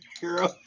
hero